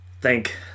Thank